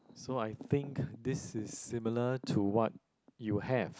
so I think this is similar to what you have